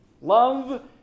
Love